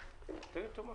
שקל.